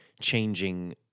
changing